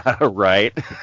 Right